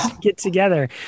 get-together